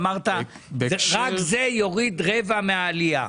אמרת שרק זה יוריד רבע מהעלייה.